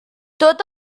tot